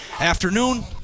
afternoon